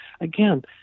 again